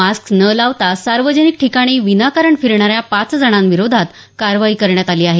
mask न लावता सार्वजनिक ठिकाणी विनाकारण फिरणाऱ्या पाच जणांविरोधात कारवाई करण्यात आली आहे